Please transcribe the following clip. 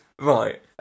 Right